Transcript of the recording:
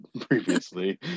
previously